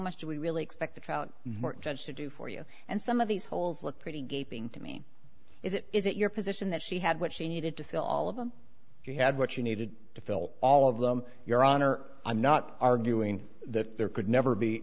much do we really expect the trout judge to do for you and some of these holes look pretty gaping to me is it is it your position that she had what she needed to fill all of them you had what you needed to fill all of them your honor i'm not arguing that there could never be